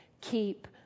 keep